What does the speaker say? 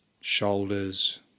shoulders